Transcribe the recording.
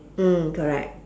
mm correct